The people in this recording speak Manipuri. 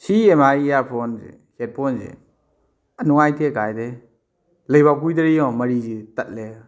ꯁꯤ ꯑꯦꯝ ꯑꯥꯏ ꯏꯌꯥꯔ ꯐꯣꯟꯁꯦ ꯍꯦꯗ ꯐꯣꯟꯁꯦ ꯅꯨꯡꯉꯥꯏꯇꯦ ꯀꯥꯏꯗꯩ ꯂꯩꯕ ꯀꯨꯏꯗ꯭ꯔꯤ ꯌꯦꯡꯉꯨ ꯃꯔꯤꯁꯤ ꯇꯠꯂꯦ